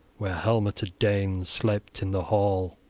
where helmeted danes slept in the hall.